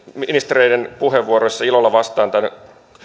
ministereiden puheenvuoroissa otin ilolla vastaan tämän